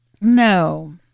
No